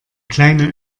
kleine